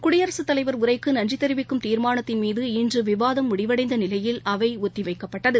குடியரசுத் தலைவர் உரைக்கு நன்றி தெரிவிக்கும் தீர்மானத்தின் மீது இன்று விவாதம் முடிவடைந்த நிலையில் அவை ஒத்தி வைக்கப்பட்டது